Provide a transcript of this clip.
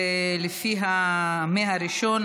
ולפי מי שהיה הראשון,